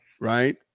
right